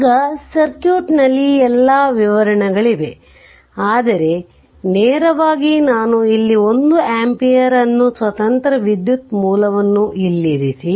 ಈಗ ಸರ್ಕ್ಯೂಟ್ನಲ್ಲಿ ಎಲ್ಲಾ ವಿವರಣೆಗಳಿವೆ ಆದರೆ ನೇರವಾಗಿ ನಾನು ಇಲ್ಲಿ 1 ಆಂಪಿಯರ್ ಅನ್ನು ಸ್ವತಂತ್ರ ವಿದ್ಯುತ್ ಮೂಲವನ್ನು ಇಲ್ಲಿ ಇರಿಸಿ